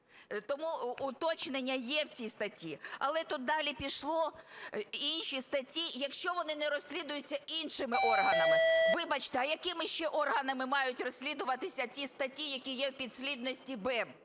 Тому уточнення є в цій статті. Але тут далі пішло, інші статті, якщо вони не розслідуються іншими органами. Вибачте, а якими ще органами мають розслідувати ці статті, які є в підслідності БЕБ?